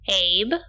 Abe